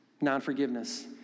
Non-forgiveness